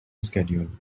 schedule